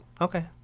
okay